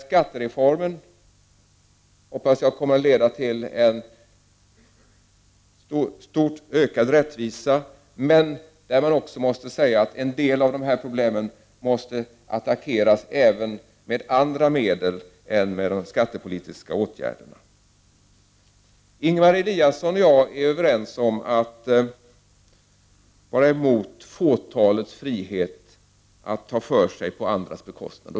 Skattereformen kommer, hoppas jag, att leda till betydligt ökad rättvisa, men en del av problemen måste attackeras även med andra medel än med de skattepolitiska åtgärderna. Ingemar Eliasson och jag är överens om att vara emot fåtalets frihet att ta för sig på andras bekostnad.